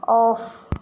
off